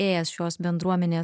ėjęs šios bendruomenės